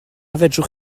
fedrwch